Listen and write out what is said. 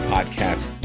Podcast